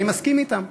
אני מסכים אתם.